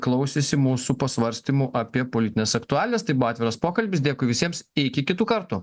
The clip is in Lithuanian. klausėsi mūsų pasvarstymų apie politines aktualijas tai buvo atviras pokalbis dėkui visiems ir iki kitų kartų